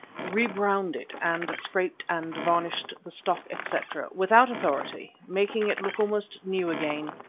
re-browned it and scraped and varnished the stock, etc, without authority, making it look almost new again.